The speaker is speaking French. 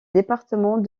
département